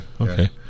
Okay